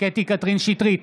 קטי קטרין שטרית,